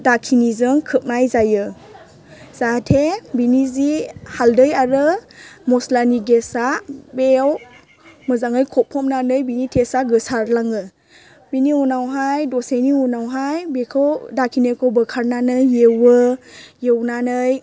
दाखिनिजों खोबनाय जायो जाहाथे बिनि जि हालदै आरो मस्लानि गेसा बेयाव मोजाङै खोबफबनानै बिनि टेस्टा गोसारलाङो बिनि उनावहाय दसेनि उनावहाय बेखौ दाखिनिखौ बोखारनानै एववो एवनानै